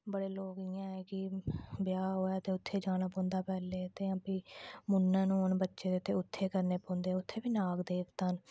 बड़े लोक इयां ऐ कि ब्याह होवे ते उत्थे जाना पौंदा पैहलें उत्थुआं फी मुन्नन होन बच्चे दे ते उत्थै करने पौंदे उत्थै बी नाग देवता न